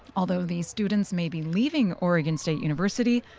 although these students may be leaving oregon state university,